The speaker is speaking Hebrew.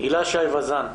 לו כמה שעות נפרדות